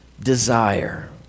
desire